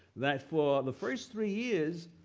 that for the first three years,